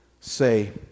say